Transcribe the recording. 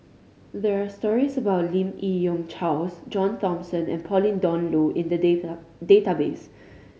there are stories about Lim Yi Yong Charles John Thomson and Pauline Dawn Loh in the data database